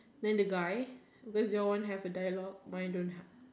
then the guy cause your one have a dialogue mine don't ha~